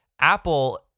Apple